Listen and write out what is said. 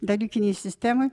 dalykinėj sistemoj